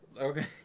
Okay